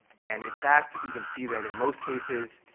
and in fact, we can see that in most cases,